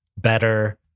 better